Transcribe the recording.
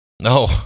No